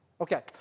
Okay